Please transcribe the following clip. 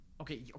Okay